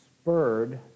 spurred